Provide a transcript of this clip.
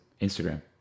Instagram